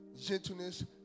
gentleness